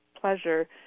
pleasure